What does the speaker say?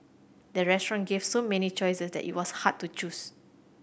the restaurant gave so many choices that it was hard to choose